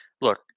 look